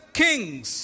kings।